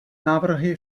návrhy